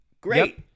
Great